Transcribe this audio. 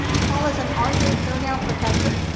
paul is an arthur thurnau professor,